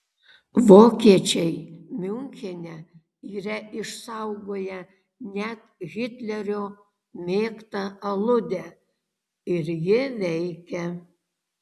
vokiečiai miunchene yra išsaugoję net hitlerio mėgtą aludę ir ji veikia